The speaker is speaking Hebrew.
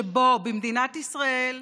שבו במדינת ישראל,